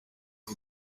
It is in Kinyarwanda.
uko